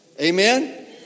Amen